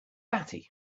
batty